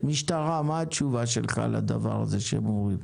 משטרה, מה התשובה שלך לדבר שהם אומרים?